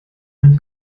man